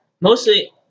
mostly